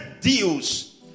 deals